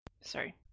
Sorry